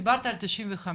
דיברת על 95,